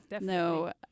no